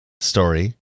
story